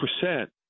percent